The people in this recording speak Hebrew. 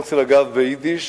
הרצל, אגב, ביידיש